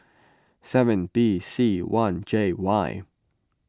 seven B C one J Y